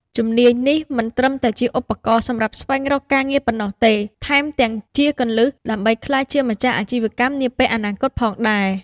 ជំនាញនេះមិនត្រឹមតែជាឧបករណ៍សម្រាប់ស្វែងរកការងារប៉ុណ្ណោះទេ ថែមទាំងជាគន្លឹះដើម្បីក្លាយជាម្ចាស់អាជីវកម្មនាពេលអនាគតផងដែរ។